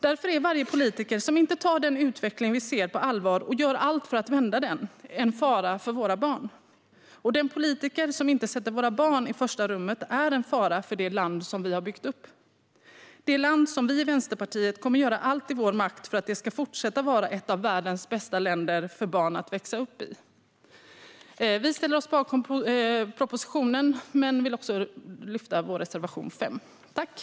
Därför är varje politiker som inte tar den utveckling vi ser på allvar och gör allt för att vända den en fara för våra barn. Den politiker som inte sätter våra barn i första rummet är en fara för det land vi har byggt upp - det land som vi i Vänsterpartiet kommer att göra allt i vår makt för att det ska fortsätta vara ett av världens bästa länder för barn att växa upp i. Vi ställer oss bakom förslaget i propositionen men vill också lyfta vår reservation nr 5.